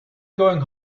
going